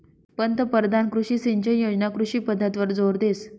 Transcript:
पंतपरधान कृषी सिंचन योजना कृषी पद्धतवर जोर देस